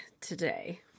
today